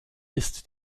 ist